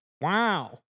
Wow